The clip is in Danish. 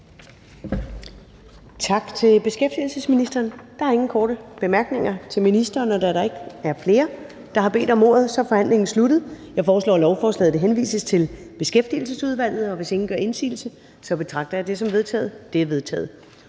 Tak til beskæftigelsesministeren. Der er ingen korte bemærkninger til ministeren. Og da der ikke er flere, der har bedt om ordet, er forhandlingen sluttet. Jeg foreslår, at lovforslaget henvises til Beskæftigelsesudvalget. Hvis ingen gør indsigelse, betragter jeg dette som vedtaget. Det er vedtaget.